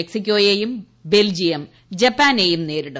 മെക്സികോയെയും Belgium ജപ്പാനെയും നേരിടും